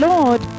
Lord